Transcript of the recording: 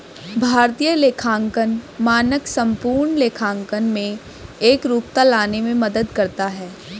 भारतीय लेखांकन मानक संपूर्ण लेखांकन में एकरूपता लाने में मदद करता है